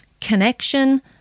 connection